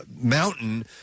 mountain